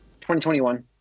2021